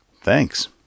Thanks